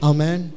Amen